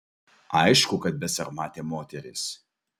aišku kad besarmatė moteris